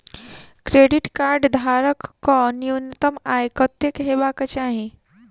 Credit card धारक कऽ न्यूनतम आय कत्तेक हेबाक चाहि?